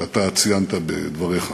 כפי שאתה ציינת בדבריך.